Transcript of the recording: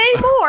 more